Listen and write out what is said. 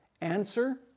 Answer